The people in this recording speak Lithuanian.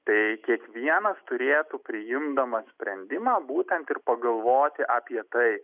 tai kiekvienas turėtų priimdamas sprendimą būtent ir pagalvoti apie tai